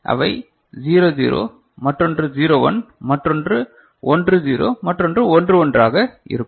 அவை 0 0 மற்றொன்றுக்கு 0 1 மற்றொன்று 1 0 மற்றொன்று ஒன்று ஒன்றாக இருக்கும்